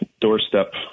doorstep